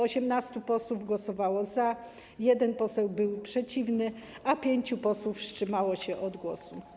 18 posłów głosowało za, 1 poseł był przeciwny, a 5 posłów wstrzymało się od głosu.